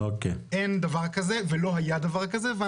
אין דבר כזה ולא היה דבר כזה.